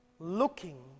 Looking